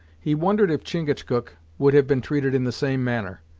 he wondered if chingachgook would have been treated in the same manner,